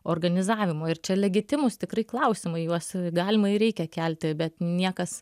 organizavimo ir čia legitimūs tikrai klausimai juos galima ir reikia kelti bet niekas